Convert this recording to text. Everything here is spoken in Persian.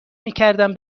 میکردم